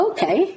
Okay